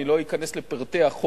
אני לא אכנס לפרטי החוק,